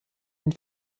und